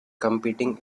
competing